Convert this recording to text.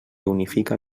unifica